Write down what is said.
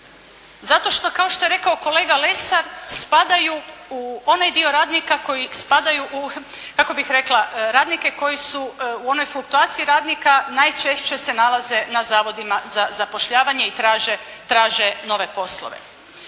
Zato što kao što je rekao kolega Lesar spadaju u onaj dio radnika koji spadaju u kako bih rekla radnike koji su, u onoj fluktuaciji radnika najčešće se nalaze na zavodima za zapošljavanje i traže nove poslove.